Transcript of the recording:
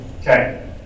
Okay